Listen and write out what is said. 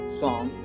song